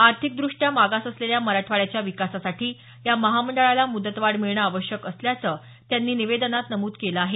आर्थिकदृष्ट्या मागास असलेल्या मराठवाड्याच्या विकासासाठी या महामंडळाला मुदतवाढ मिळणं आवश्यक असल्याचं त्यांनी निवदेनात नमूद केलं आहे